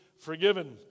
forgiven